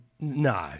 no